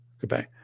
Goodbye